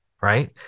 right